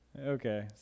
Okay